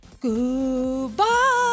Goodbye